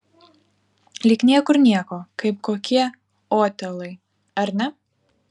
lyg niekur nieko kaip kokie otelai ar ne